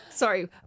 Sorry